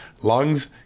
lungs